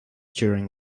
during